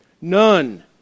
None